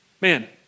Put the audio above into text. man